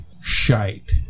shite